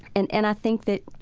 and and i think that,